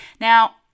Now